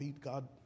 God